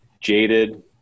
jaded